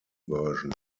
version